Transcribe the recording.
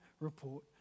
report